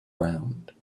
round